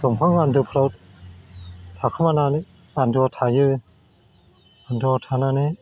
दंफां आन्दोफ्राव थाखोमानानै आन्दोआव थायो आन्दोआव थानानै